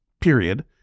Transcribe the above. period